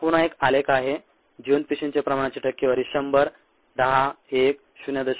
हा पुन्हा एक आलेख आहे जिवंत पेशींच्या प्रमाणाची टक्केवारी 100 10 1 0